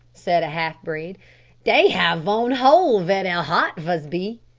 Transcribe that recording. said a half-breed dey have von hole vere de heart vas be.